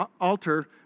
altar